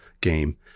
game